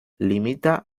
limita